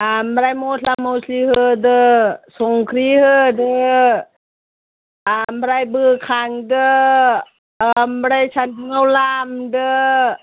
ओमफ्राय मस्ला मस्लि होदो संख्रि होदो ओमफ्राय बोखांदो ओमफ्राय सान्दुंआव लामदो